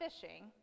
fishing